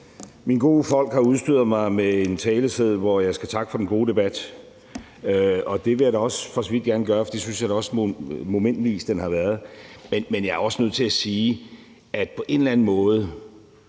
Mine gode folk har udstyret mig med en taleseddel, hvor jeg skal takke for den gode debat, og det vil jeg da også for så vidt gerne gøre, for det synes jeg da også momentvis den har været. Men jeg er også nødt til at sige, at på en eller anden måde